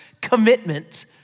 commitment